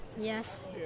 Yes